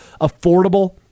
Affordable